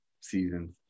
seasons